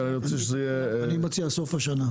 אני מציע סוף השנה.